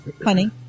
honey